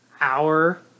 hour